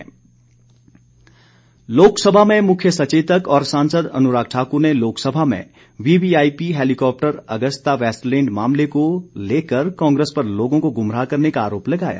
अनुराग लोकसभा में मुख्य सचेतक और सांसद अनुराग ठाकुर ने लोकसभा में वीवीआईपी हैलीकॉप्टर अगस्ता वैस्टलैंड मामले को लेकर कांग्रेस पर लोगों को गुमराह करने का आरोप लगाया